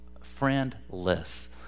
Friendless